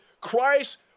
Christ